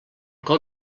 cor